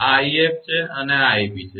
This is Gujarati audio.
આ 𝑖𝑓 છે અને આ 𝑖𝑏 છે